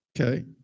Okay